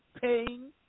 paying